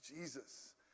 Jesus